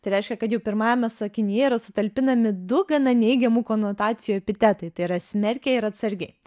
tai reiškia kad jau pirmajame sakinyje yra sutalpinami du gana neigiamų konotacijų epitetai tai yra smerkia ir atsargiai